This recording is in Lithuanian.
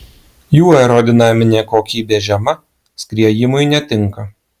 jų aerodinaminė kokybė žema skriejimui netinka